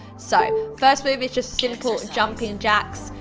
so first move is just simple jumping jacks.